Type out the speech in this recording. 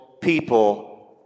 people